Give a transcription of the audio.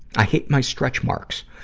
i hate my stretch marks.